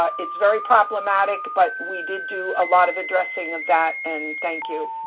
ah it's very problematic, but we did do a lot of addressing of that, and thank you.